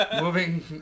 moving